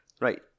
Right